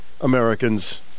Americans